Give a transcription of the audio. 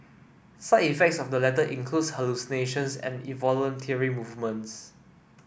side effects of the latter includes hallucinations and involuntary movements